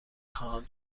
خواهم